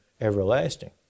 everlasting